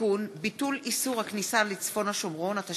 (תיקוני חקיקה) (הוראת שעה), התשע"ז 2017,